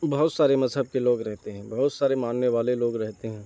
بہت سارے مذہب کے لوگ رہتے ہیں بہت سارے ماننے والے لوگ رہتے ہیں